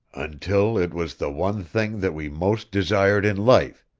until it was the one thing that we most desired in life,